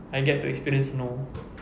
I get to experience snow